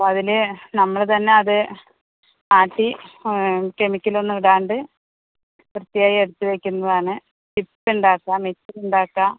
അപ്പോൾ അതില് നമ്മള് തന്നെയത് ആട്ടി കെമിക്കലൊന്നും ഇടാണ്ട് പ്രത്യേകം എടുത്ത് വയ്ക്കുന്നതാണ് ചിപ്പ്സുണ്ടാക്കാം മിച്ചറുണ്ടാക്കാം